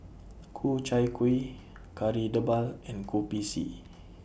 Ku Chai Kuih Kari Debal and Kopi C